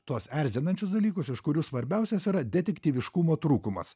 tuos erzinančius dalykus iš kurių svarbiausias yra detektyviškumo trūkumas